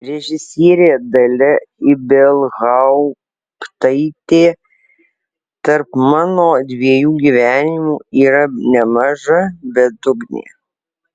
režisierė dalia ibelhauptaitė tarp mano dviejų gyvenimų yra nemaža bedugnė